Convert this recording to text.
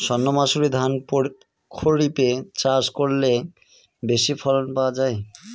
সর্ণমাসুরি ধান প্রক্ষরিপে চাষ করলে বেশি ফলন পাওয়া যায়?